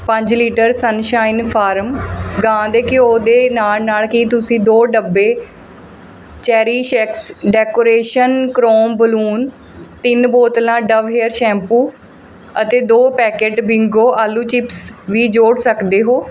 ਪੰਜ litre Sunshine Farm ਗਾਂ ਦੇ ਘਿਓ ਦੇ ਨਾਲ਼ ਨਾਲ਼ ਕੀ ਤੁਸੀਂ ਦੋ ਡੱਬੇ ਚੈਰੀਸ਼ਐਕਸ ਡੈਕੋਰੇਸ਼ਨ ਕਰੋਮ ਬਲੂਨ ਤਿੰਨ ਬੋਤਲਾਂ ਡਵ ਹੇਅਰ ਸ਼ੈਂਪੂ ਅਤੇ ਦੋੋ ਪੈਕੇਟ ਬਿੰਗੋ ਆਲੂ ਚਿਪਸ ਵੀ ਜੋੜ ਸਕਦੇ ਹੋ